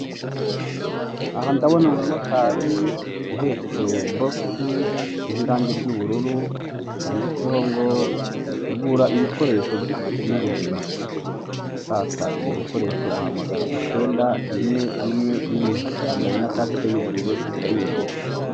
Aha ndabona umumotari uhetse bokisi iriho irange ry'ubururu yanditseho ngo gura ibikoresho by'isuku n'ubuzima, ushaka ibyo bikoresho wahamagara icyenda, rimwe, rimwe yambaye na kasike y'ubururu isa n'iyo bokisi.